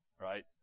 right